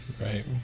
Right